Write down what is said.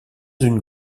une